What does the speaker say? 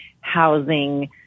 housing